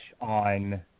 on